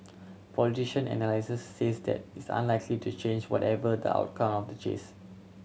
politician and analyst says that is unlikely to change whatever the outcome the chase